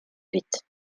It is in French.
huit